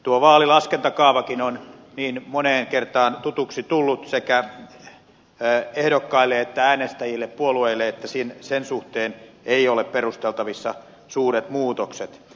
tuo vaalilaskentakaavakin on niin moneen kertaan tutuksi tullut sekä ehdokkaille että äänestäjille puolueille että sen suhteen eivät ole perusteltavissa suuret muutokset